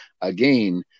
again